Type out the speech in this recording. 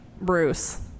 Bruce